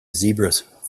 zebras